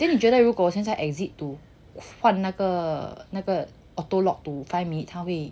then 你觉得如果我现在 exit 换那个那个 auto lock